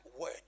word